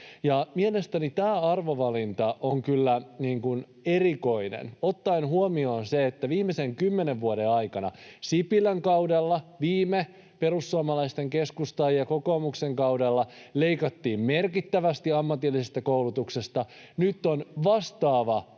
Mielestäni tämä arvovalinta on kyllä erikoinen ottaen huomioon sen, että viimeisen kymmenen vuoden aikana — Sipilän kaudella, edellisellä perussuomalaisten, keskustan ja kokoomuksen kaudella — leikattiin merkittävästi ammatillisesta koulutuksesta, ja nyt on vastaava uusi